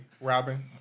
Robin